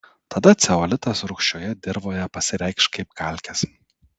tada ceolitas rūgščioje dirvoje pasireikš kaip kalkės